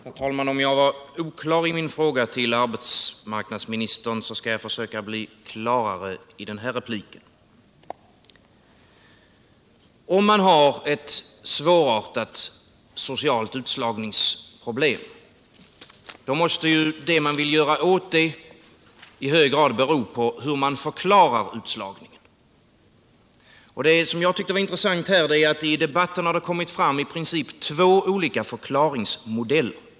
Herr talman! Om jag var oklar i min fråga till arbetsmarknadsministern, så skall jag försöka formulera mig klarare i den här repliken. Om man har ett svårartat socialt utslagningsproblem, måste det man vill göra åt det i hög grad bero på hur man förklarar utslagningen. Det som jag tyckte var intressant var att det i debatten här kommit fram i princip två olika förklaringsmodeller.